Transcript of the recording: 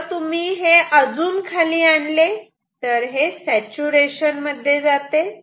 जर तुम्ही हे अजून खाली आणले तर हे सॅचूरेशन मध्ये जाते